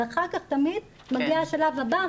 ואחר כך תמיד מגיע השלב הבא,